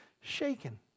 shaken